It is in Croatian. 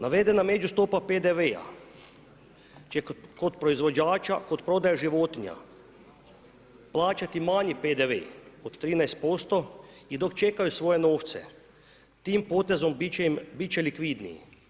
Navedena međustope PDV-a, će kod proizvođača, kod prodaje životinja plaćati manji PDV od 13% i dok čekaju svoje novce, tim potezom, biti će likvidniji.